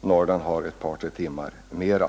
Norrland har ett par tre timmar mera.